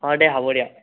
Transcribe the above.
হয় দে হ'ব দিয়া